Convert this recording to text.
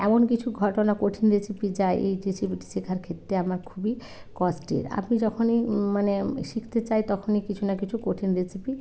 এমন কিছু ঘটনা কঠিন রেসিপি যা এই রেসিপিটি শেখার ক্ষেত্রে আপনার খুবই কষ্টের আপনি যখনই মানে শিখতে চাই তখনই কিছু না কিছু কঠিন রেসিপি